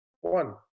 one